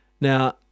Now